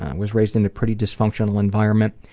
was raised in a pretty dysfunctional environment.